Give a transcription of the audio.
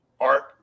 Art